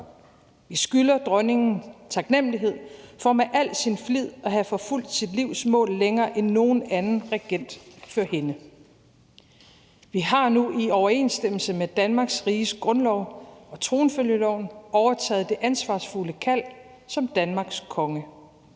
Vi skylder Dronningen taknemmelighed for med al sin flid at have forfulgt sit livs mål længere end nogen anden regent før hende. Vi har nu i overensstemmelse med Danmarks Riges Grundlov og tronfølgeloven overtaget det ansvarsfulde kald som Danmarks Konge.